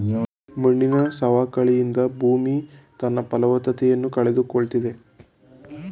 ಮಣ್ಣಿನ ಸವಕಳಿಯಿಂದ ಭೂಮಿ ತನ್ನ ಫಲವತ್ತತೆಯನ್ನು ಕಳೆದುಕೊಳ್ಳುತ್ತಿದೆ